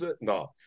no